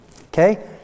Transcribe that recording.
Okay